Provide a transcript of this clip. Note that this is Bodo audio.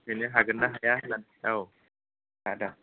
बेखौनो हागोनना हाया होननानै औ आदा औ